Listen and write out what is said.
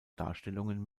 darstellungen